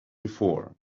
before